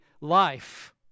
life